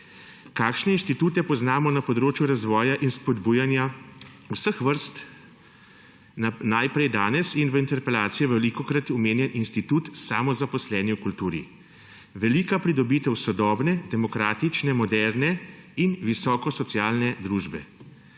Kakšne institute poznamo na področju razvoja in spodbujanja vseh vrst? Danes in v interpelaciji je bil večkrat omenjen institut samozaposlenih v kulturi, velika pridobitev sodobne, demokratične, moderne in visoko socialne družbe.